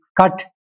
cut